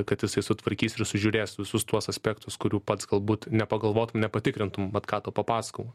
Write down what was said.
kad jis sutvarkys ir sužiūrės visus tuos aspektus kurių pats galbūt nepagalvotum nepatikrintum vat ką tau papasakojau